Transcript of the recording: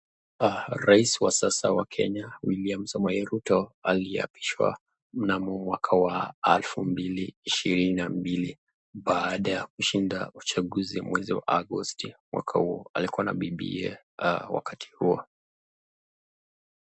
Rais wa sasa wa Kenya William Samoei Ruto aliapishwa mnamo mwaka wa 2022 baada ya kushinda uchaguzi mwezi wa Agosti mwaka huo. Alikuwa na bibiye wakati huo.